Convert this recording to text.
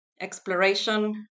exploration